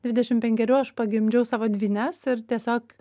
dvidešim penkerių aš pagimdžiau savo dvynes ir tiesiog